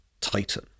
Titan